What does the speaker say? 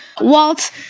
walt